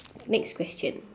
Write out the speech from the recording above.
next question